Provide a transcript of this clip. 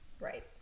Right